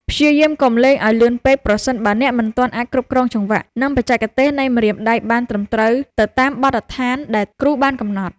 ព្យាយាមកុំលេងឱ្យលឿនពេកប្រសិនបើអ្នកមិនទាន់អាចគ្រប់គ្រងចង្វាក់ និងបច្ចេកទេសនៃម្រាមដៃបានត្រឹមត្រូវទៅតាមបទដ្ឋានដែលគ្រូបានកំណត់។